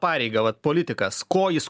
pareigą vat politikas ko jis